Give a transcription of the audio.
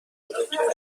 نوشابه، تاشوهرم